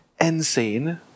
insane